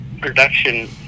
production